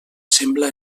sembla